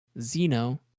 Zeno